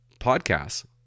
podcasts